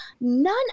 none